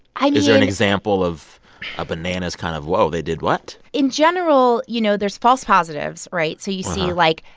i mean. is there an example of a banana's kind of, whoa, they did what? in general, you know, there's false positives, right? so you see, like,